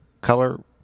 color